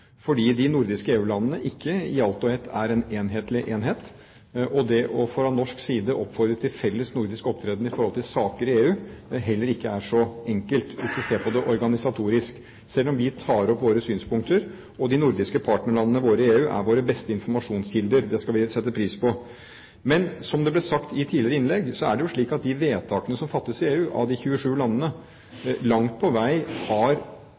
fordi de nordiske EU-landene ikke i alt og ett er en enhetlig enhet, og fordi det å oppfordre fra norsk side til felles nordisk opptreden når det gjelder saker i EU, heller ikke er så enkelt, hvis vi ser på det organisatorisk, selv om vi tar opp våre synspunkter, og selv om de nordiske partnerlandene våre i EU er våre beste informasjonskilder, og det skal vi sette pris på. Men som det ble sagt i et tidligere innlegg: Det er slik at de vedtakene som fattes av de 27 landene i EU, langt på vei har